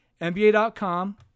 NBA.com